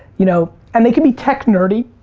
you know and they could be tech nerdy,